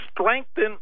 strengthen